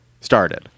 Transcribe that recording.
started